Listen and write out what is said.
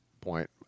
point